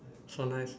so nice